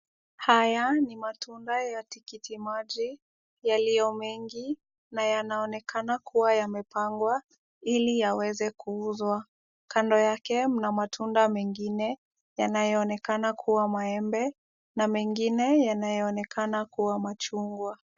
Haya ni matunda ya tikiti maji yaliyo mengi na yanaonekana kuwa yamepangwa ili yaweze kuuzwa. Kando yake mna matunda mengine yanayoonekana kuwa maembe na mengine yanayoonekana kuwa machungwa.